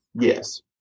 yes